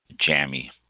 jammy